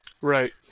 Right